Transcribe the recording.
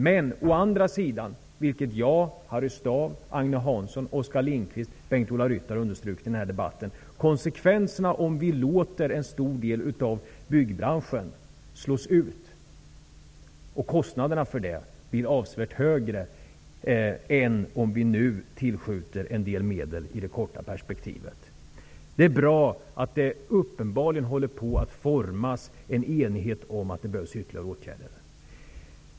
Men å andra sidan blir kostnaderna avsevärt högre om vi låter en stor del av byggbranschen slås ut än om vi nu tillskjuter en del medel i det korta perspektivet. Det har inte bara jag utan även Harry Ola Ryttar understrukit i den här debatten. Det är bra att det uppenbarligen håller på att formas en enighet om att det behövs ytterligare åtgärder.